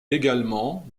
également